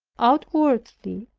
outwardly,